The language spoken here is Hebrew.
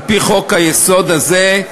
על-פי חוק-היסוד הזה,